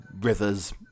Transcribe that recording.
rivers